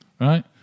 right